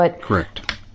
Correct